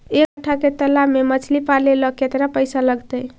एक कट्ठा के तालाब में मछली पाले ल केतना पैसा लगतै?